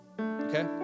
Okay